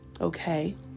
okay